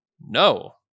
No